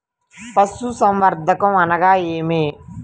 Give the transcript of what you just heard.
పశుసంవర్ధకం అనగా ఏమి?